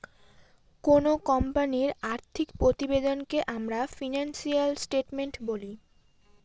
কোনো কোম্পানির আর্থিক প্রতিবেদনকে আমরা ফিনান্সিয়াল স্টেটমেন্ট বলি